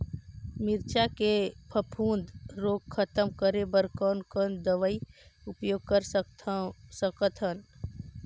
मिरचा के फफूंद रोग खतम करे बर कौन कौन दवई उपयोग कर सकत हन?